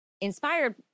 inspired